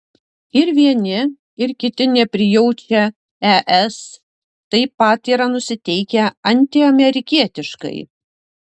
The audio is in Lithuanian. ir vieni ir kiti neprijaučia es taip pat yra nusiteikę antiamerikietiškai